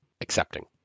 accepting